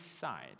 side